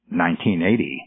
1980